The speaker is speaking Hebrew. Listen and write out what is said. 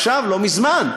עכשיו, לא מזמן.